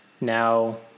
now